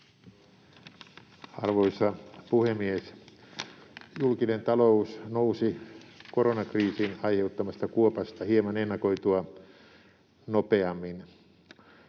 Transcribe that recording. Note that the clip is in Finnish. Arvoisa puhemies! Julkinen talous nousi koronakriisin ai-heuttamasta kuopasta hieman ennakoitua nopeammin.